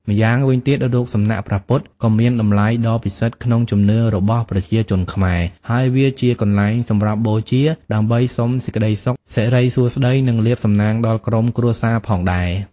ម្យ៉ាងវិញទៀត រូបសំណាកព្រះពុទ្ធក៏មានតម្លៃដ៏ពិសិដ្ឋក្នុងជំនឿរបស់ប្រជាជនខ្មែរ ហើយវាជាកន្លែងសម្រាប់បូជាដើម្បីសុំសេចក្តីសុខ សិរីសួស្តី និងលាភសំណាងដល់ក្រុមគ្រួសារផងដែរ។